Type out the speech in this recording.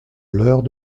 l’heure